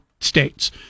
States